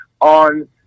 on